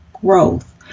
growth